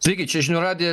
sveiki čia žinių radijas